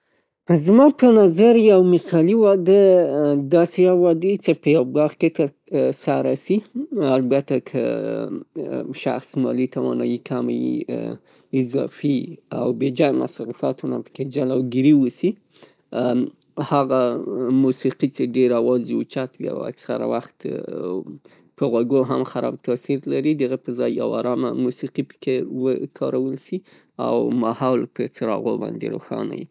زما په نظر یو مثالي واده داسې یو واده يي چې په یوه باغ کې ترسره شي البته که شخص مالي توانايي کمه يي اضافی او بې جایه مصرفاتو نه پکې جلوګیري وشي هغه موسیقي چې ډیره اواز یې اوچت وي او اکثره وخت په غوږو هم خراب تاثیر لري د هغه په ځای یو آرامه موسیقي په کی وکارول شي او محل په څراغو باندې روښانه وي.